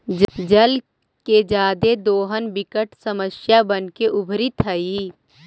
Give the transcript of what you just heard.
जल के जादे दोहन विकट समस्या बनके उभरित हई